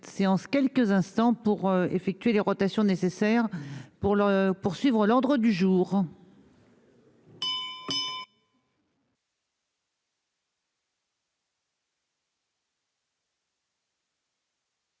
séance quelques instants pour effectuer des rotations nécessaires pour le poursuivre l'ordre du jour.